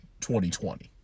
2020